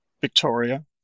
Victoria